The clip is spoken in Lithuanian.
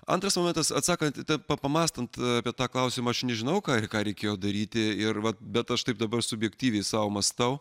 antras momentas atsakant į tą pamąstant apie tą klausimą aš nežinau ką ir ką reikėjo daryti ir vat bet aš taip dabar subjektyviai sau mąstau